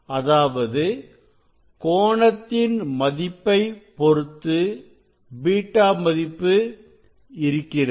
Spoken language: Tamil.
அதாவது கோணத்தின் மதிப்பை பொறுத்து β மதிப்பு இருக்கிறது